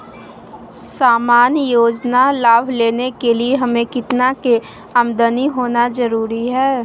सामान्य योजना लाभ लेने के लिए हमें कितना के आमदनी होना जरूरी है?